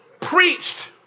preached